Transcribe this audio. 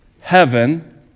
heaven